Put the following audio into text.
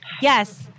Yes